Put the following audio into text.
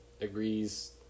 agrees